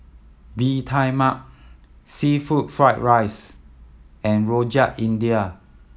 Bee Tai Mak seafood fried rice and Rojak India